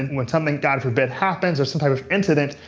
when something, god forbid, happens, or some type of incident,